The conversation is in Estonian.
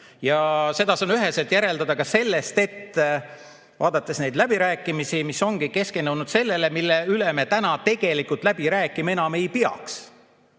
Seda saab üheselt järeldada ka vaadates neid läbirääkimisi, mis ongi keskendunud sellele, mille üle me täna tegelikult läbi rääkima enam ei peaks.